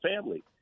family